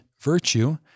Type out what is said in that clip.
virtue